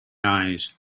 eyes